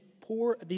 poor